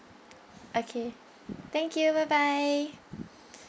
okay thank you bye bye